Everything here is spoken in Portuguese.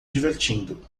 divertindo